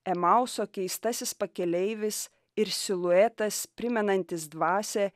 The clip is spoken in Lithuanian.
emauso keistasis pakeleivis ir siluetas primenantis dvasią